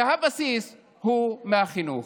הבסיס הוא מהחינוך.